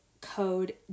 code